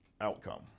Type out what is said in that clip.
outcome